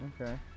okay